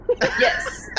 yes